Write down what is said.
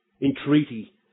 entreaty